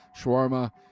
shawarma